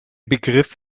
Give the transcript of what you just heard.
begriff